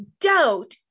Doubt